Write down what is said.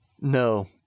No